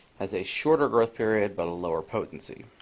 has a shorter growth period, but a lower potency.